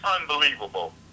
unbelievable